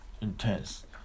intense